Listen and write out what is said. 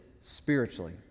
spiritually